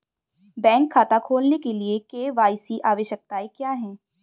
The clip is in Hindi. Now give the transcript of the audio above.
बैंक खाता खोलने के लिए के.वाई.सी आवश्यकताएं क्या हैं?